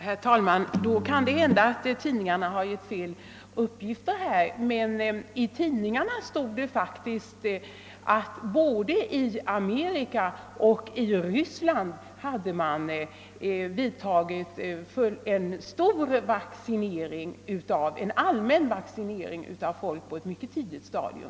Herr talman! Då kan det hända att tidningarna i det fallet har lämnat felaktiga uppgifter. Där har det nämligen stått att både i Amerika och i Ryssland har man genomfört en allmän vaccinering av människor på ett mycket tidigt stadium.